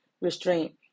restraint